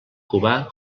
cubà